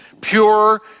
pure